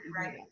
right